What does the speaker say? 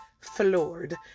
floored